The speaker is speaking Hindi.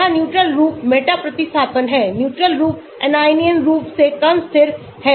यहांन्यूट्रल रूप मेटा प्रतिस्थापन हैन्यूट्रल रूप आयनियन रूप से कम स्थिर है